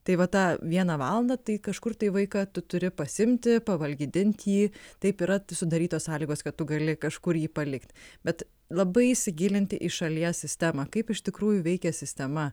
tai va tą vieną valandą tai kažkur tai vaiką tu turi pasiimti pavalgydint jį taip yra sudarytos sąlygos kad tu gali kažkur jį palikt bet labai įsigilinti į šalies sistemą kaip iš tikrųjų veikia sistema